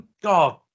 God